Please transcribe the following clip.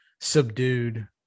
subdued